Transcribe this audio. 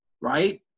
Right